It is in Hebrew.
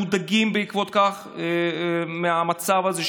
הם מודאגים בעקבות כך מהמצב הזה,